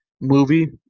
movie